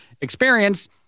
experience